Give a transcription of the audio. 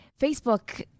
Facebook